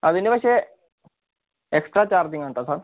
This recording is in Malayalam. അതിന് പക്ഷെ എക്സ്ട്രാ ചാർജിങ്ങാട്ടോ സർ